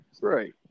Right